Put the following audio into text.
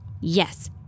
Yes